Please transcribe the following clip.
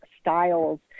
styles